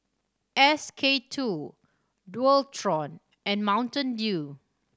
S K Two Dualtron and Mountain Dew